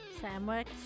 Sandwich